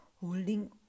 holding